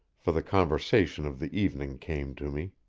for the conversation of the evening came to me.